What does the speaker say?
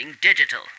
digital